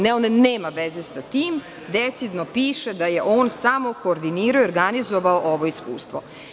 Ne, on nema veze sa tim, decidno piše da je on samo koordinirao i organizovao ovo iskustvo.